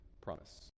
promise